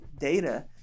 data